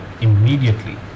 immediately